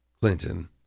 Clinton